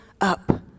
up